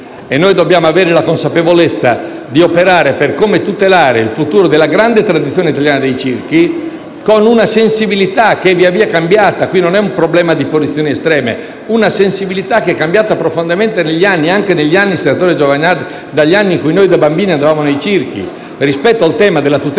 e dobbiamo avere la consapevolezza di operare per tutelare il futuro della grande tradizione italiana dei circhi, conciliandolo con una sensibilità che via via è cambiata. Non è un problema di condizioni estreme; è una sensibilità che è cambiata profondamente negli anni e anche dagli anni, senatore Giovanardi, in cui da bambini andavamo nei circhi. Rispetto al tema della tutela